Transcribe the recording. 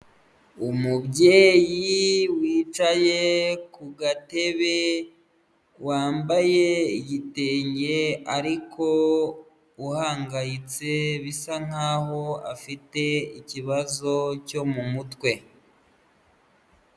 Umubyeyi wicaye ku gatebe, wambaye igitenge ariko uhangayitse, bisa nk'aho afite ikibazo cyo mu mutwe.